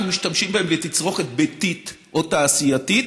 משתמשים בהם לתצרוכת ביתית או תעשייתית